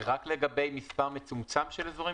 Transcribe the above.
זה רק לגבי מספר מצומצם של אזורים?